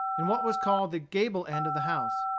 in what was called the gable end of the house.